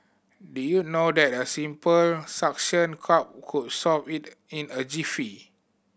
did you know that a simple suction cup could solve it in a jiffy